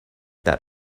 that